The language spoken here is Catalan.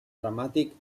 dramàtic